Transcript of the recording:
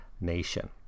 nation